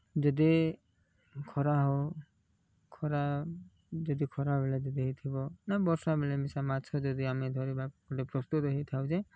ଯଦି ଖରା ହେଉ ଖରା ଯଦି ଖରାବେଳେ ଯଦି ହୋଇଥିବ ନା ବର୍ଷା ବେଳେ ମିସା ମାଛ ଯଦି ଆମେ ଧରିବାକୁ ପ୍ରସ୍ତୁତ ହୋଇଥାଉ ଯେ